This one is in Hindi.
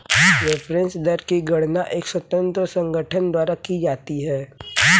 रेफेरेंस दर की गणना एक स्वतंत्र संगठन द्वारा की जाती है